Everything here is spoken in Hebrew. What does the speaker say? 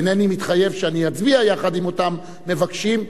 אינני מתחייב שאני אצביע יחד עם אותם מבקשים,